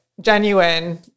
genuine